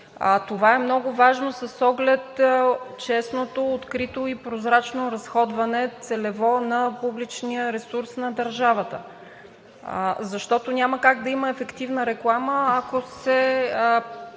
Това е много важно с оглед честното, открито и прозрачно целево разходване на публичния ресурс на държавата, защото няма как да има ефективна реклама, ако се